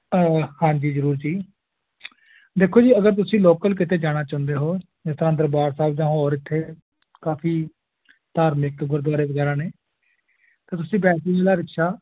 ਹਾਂਜੀ ਜ਼ਰੂਰ ਜੀ ਦੇਖੋ ਜੀ ਅਗਰ ਤੁਸੀਂ ਲੋਕਲ ਕਿਤੇ ਜਾਣਾ ਚਾਹੁੰਦੇ ਹੋ ਜਿਸ ਤਰ੍ਹਾਂ ਦਰਬਾਰ ਸਾਹਿਬ ਜਾਂ ਹੋਰ ਇੱਥੇ ਕਾਫ਼ੀ ਧਾਰਮਿਕ ਗੁਰਦੁਆਰੇ ਵਗੈਰਾ ਨੇ ਤਾਂ ਤੁਸੀਂ ਬੈਟਰੀ ਵਾਲਾ ਰਿਕਸ਼ਾ